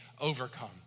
overcome